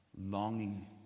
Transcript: longing